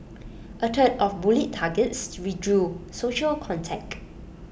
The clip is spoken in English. A third of bullied targets withdrew social contact